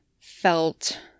felt